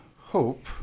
hope